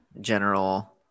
general